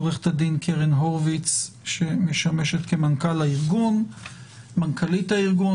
עורכת הדין קרן הורביץ מנכ"לית הארגון